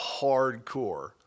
hardcore